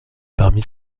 parmi